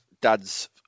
dads